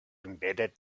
embedded